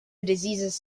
diseases